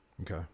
Okay